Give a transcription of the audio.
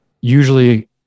usually